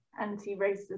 anti-racist